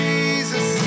Jesus